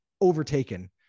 overtaken